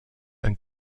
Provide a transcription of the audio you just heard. and